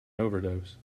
overdose